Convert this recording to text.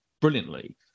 brilliantly